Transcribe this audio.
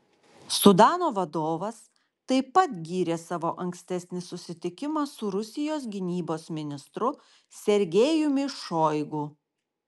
sudano vadovas taip pat gyrė savo ankstesnį susitikimą su rusijos gynybos ministru sergejumi šoigu